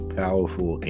powerful